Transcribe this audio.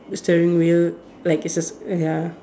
steering wheel like it's a s~ ya